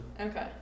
Okay